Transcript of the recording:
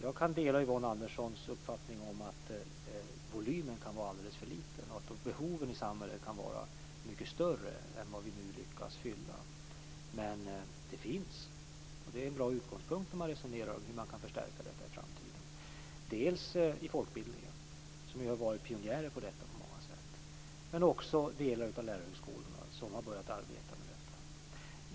Jag kan dela Yvonne Anderssons uppfattning att volymen kan vara alldeles för liten och att behoven i samhället kan vara mycket större än vad vi nu lyckas fylla. Men detta finns, och det är en bra utgångspunkt när man resonerar om hur man kan förstärka det i framtiden. Det finns i folkbildningen, där man ju på många sätt har varit pionjär på detta, och det finns i en del av lärarhögskolorna, som också har börjat arbeta med detta.